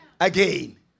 Again